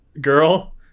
girl